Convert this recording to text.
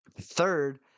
third